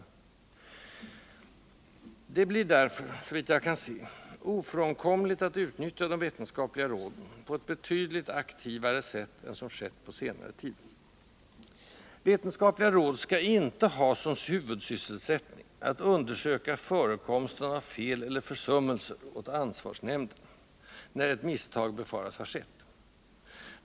Det blir därför, såvitt jag kan se, ofrånkomligt att utnyttja de vetenskapliga råden på ett betydligt aktivare sätt än som skett på senare tid. Vetenskapliga råd skall inte ha som huvudsysselsättning att undersöka förekomsten av ”fel eller försummelser” åt ansvarsnämnden, när ett misstag befaras ha skett.